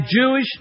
Jewish